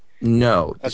No